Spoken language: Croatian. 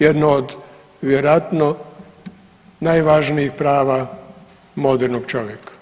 Jedno od vjerojatno najvažnijih prava modernog čovjeka.